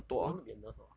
you want to be a nurse hor